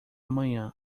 manhã